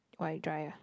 why dry ah